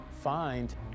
find